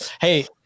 hey